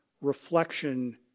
Reflection